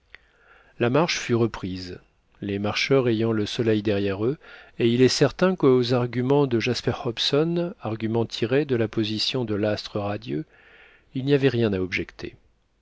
la marche fut reprise les marcheurs ayant le soleil derrière eux et il est certain qu'aux arguments de jasper hobson arguments tirés de la position de l'astre radieux il n'y avait rien à objecter